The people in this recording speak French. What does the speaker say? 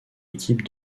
équipe